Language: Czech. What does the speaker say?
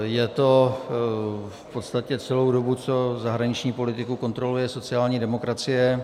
Je to v podstatě celou dobu, co zahraniční politiku kontroluje sociální demokracie.